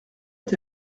est